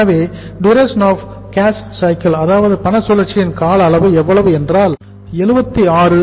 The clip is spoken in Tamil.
எனவே டியூரேஷன் ஆஃப் கேஷ் சைக்கிள் அதாவது பண சுழற்சியின் கால அளவு எவ்வளவு என்றால் 76 20